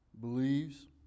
believes